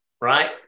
right